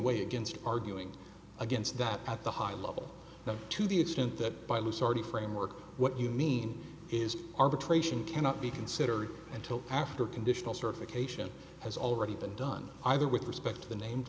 way against arguing against that at the high level to the extent that by lusardi framework what you mean is arbitration cannot be considered until after conditional certification has already been done either with respect to the named